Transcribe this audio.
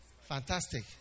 Fantastic